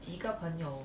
一个朋友